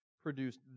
produced